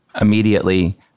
immediately